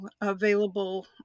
available